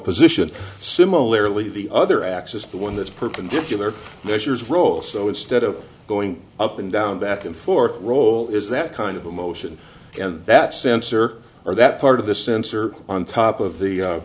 position similarly the other axis is the one that is perpendicular measures roll so instead of going up and down back and forth roll is that kind of emotion and that sensor or that part of the sensor on top of the